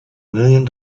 million